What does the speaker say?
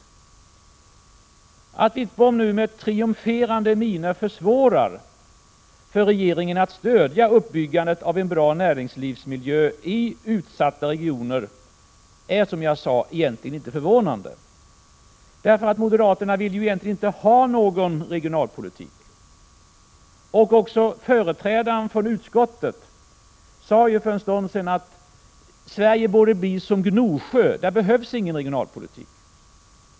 Att Wittbom nu med triumferande min försvårar för regeringen att stödja uppbyggandet av bra näringslivsmiljö i utsatta regioner är, som jag sade, egentligen inte förvånande. Moderaterna vill ju egentligen inte ha någon regionalpolitik. Även företrädaren från utskottet sade för en stund sedan att Sverige borde bli som Gnosjö, för där behövs ingen regionalpolitik.